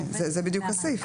זה בדיוק הסעיף.